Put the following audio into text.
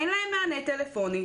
אין להם מענה טלפוני,